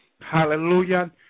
hallelujah